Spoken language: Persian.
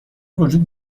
وجود